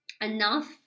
enough